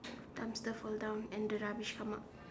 dumpster fall down and the rubbish come out